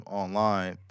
online